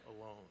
alone